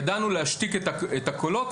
ידענו להשתיק את הקולות,